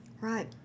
Right